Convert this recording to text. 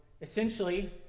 essentially